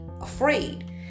afraid